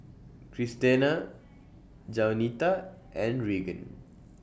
Christena Jaunita and Regan